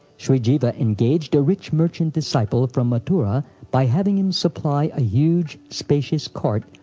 shri jiva engaged a rich merchant disciple from mathura by having him supply a huge, spacious cart,